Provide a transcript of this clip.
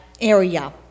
area